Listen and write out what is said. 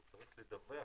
צריך לדווח.